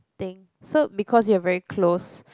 thing so because you are very close